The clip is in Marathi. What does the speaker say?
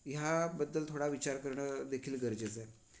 ह्याबद्दल थोडा विचार करणं देखील गरजेचं आहे